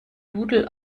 doodle